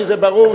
כי זה ברור,